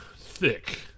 thick